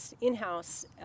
in-house